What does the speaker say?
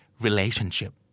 relationship